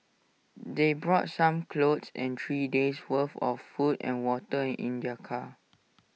they brought some clothes and three days' worth of food and water in their car